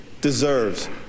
deserves